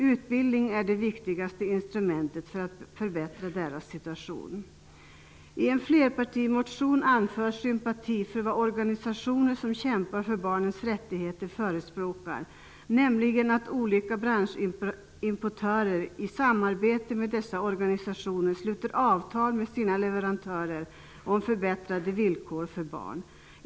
Utbildning är det viktigaste instrumentet för att förbättra deras situation. I en flerpartimotion anförs sympati för vad organisationer som kämpar för barnens rättigheter förespråkar, nämligen att olika branschimportörer i samarbete med dessa organisationer sluter avtal med sina leverantörer om förbättrade villkor för barn.